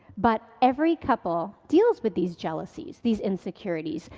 but every couple deals with these jealousies, these insecurities,